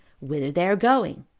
whither they are going,